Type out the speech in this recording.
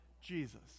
Jesus